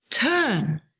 turn